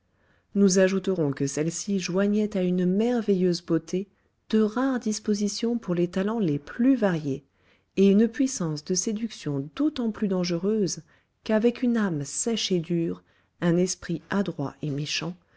nous ajouterons que celle-ci joignait à une merveilleuse beauté de rares dispositions pour les talents les plus variés et une puissance de séduction d'autant plus dangereuse qu'avec une âme sèche et dure un esprit adroit et méchant